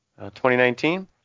2019